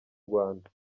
rwanda